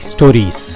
Stories